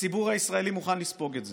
הציבור הישראלי מוכן לספוג את זה.